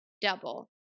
double